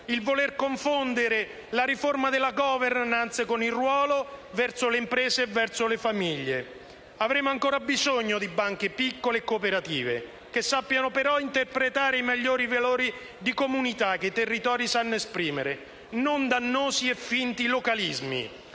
il voler confondere la riforma della *governance* con il ruolo verso le imprese e le famiglie. Avremo ancora bisogno di banche piccole e cooperative, che sappiano però interpretare i migliori valori di comunità che i territori sanno esprimere, non dannosi e finti localismi,